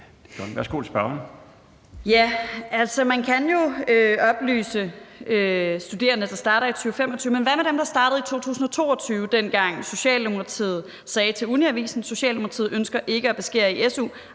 Sofie Lippert (SF): Man kan jo oplyse studerende, der starter i 2025, men hvad med dem, der startede i 2022 – dengang Socialdemokratiet sagde til Uniavisen: »Socialdemokratiet ønsker ikke at beskære i SU,